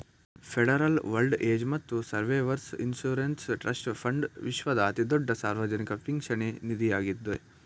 federal old age ಮತ್ತು survivors insurance trust fund ವಿಶ್ವದ ಅತಿದೊಡ್ಡ ಸಾರ್ವಜನಿಕ ಪಿಂಚಣಿ ನಿಧಿಯಾಗಿದ್ದೆ